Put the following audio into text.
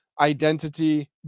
Identity